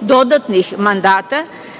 dodatnih mandata.